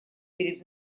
перед